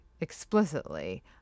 explicitly